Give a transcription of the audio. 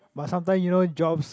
but sometime you know jobs